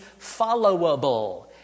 followable